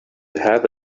have